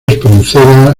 espronceda